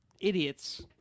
idiots